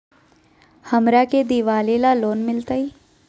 हमरा के दिवाली ला लोन मिलते?